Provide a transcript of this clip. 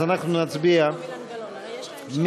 אז אנחנו נצביע מ-44